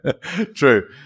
true